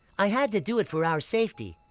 i had to do it, for our safety.